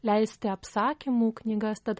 leisti apsakymų knygas tad